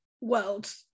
world